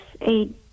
eight